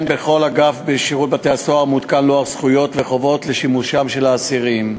בכל אגף בשירות בתי-הסוהר מותקן לוח זכויות וחובות לשימושם של האסירים.